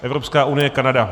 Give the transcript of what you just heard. Evropská unie Kanada.